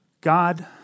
God